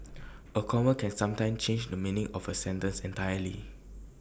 A comma can sometime change the meaning of A sentence entirely